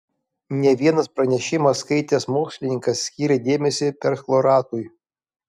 ne vienas pranešimą skaitęs mokslininkas skyrė dėmesio perchloratui